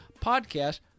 podcast